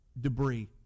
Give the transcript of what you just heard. debris